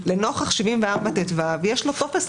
לנוכח 74טו יש לו טופס.